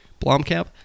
Blomkamp